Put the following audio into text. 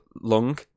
long